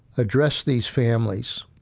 address these families,